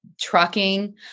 trucking